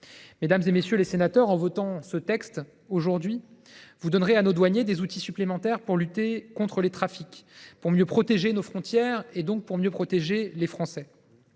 Mesdames, messieurs les sénateurs, en votant ce texte aujourd’hui, vous donnerez à nos douaniers des outils supplémentaires pour lutter contre les trafics et pour mieux protéger nos frontières et les Français.